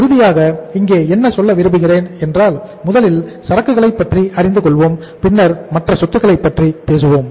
இறுதியாக இங்கே என்ன சொல்ல விரும்புகிறேன் என்றால் முதலில் சரக்குகளைப் பற்றி அறிந்துகொள்வோம் பின்னர் மற்ற சொத்துக்களை பற்றி பேசுவோம்